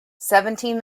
seventeen